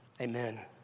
Amen